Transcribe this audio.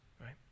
right